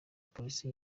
polisi